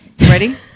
Ready